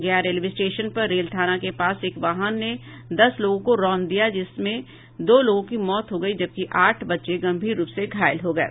गया railway station पर रेल थाना के पास एक वाहन ने दस लोगों को रौंद दिया जिसमें दो लोगों की मौत हो गयी जबकि आठ बच्चे गंभीर रूप से घायल हो गये